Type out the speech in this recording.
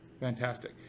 fantastic